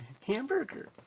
Hamburger